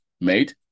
made